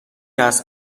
است